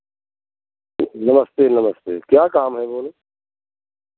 नमस्ते नमस्ते क्या काम है बोलो